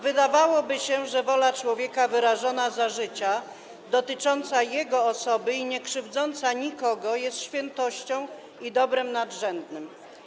Wydawałoby się, że wola człowieka wyrażona za życia, dotycząca jego osoby i niekrzywdząca nikogo jest świętością i dobrem nadrzędnym.